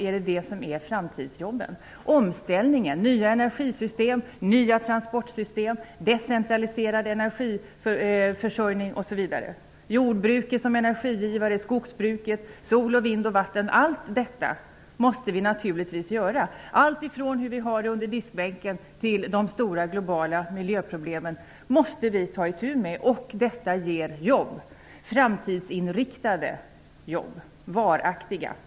Självfallet ger det framtidsjobben. Omställningen med nya energisystem, med nya transportsystem och med decentraliserad energiförsörjning måste vi naturligtvis åstadkommas. Som energigivare måste vi ha jordbruket och skogsbruket, samt sol, vind och vatten. Allt ifrån hur vi har det under diskbänken till de stora globala miljöproblemen måste vi ta itu med. Och detta ger framtidsinriktade och varaktiga jobb.